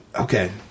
Okay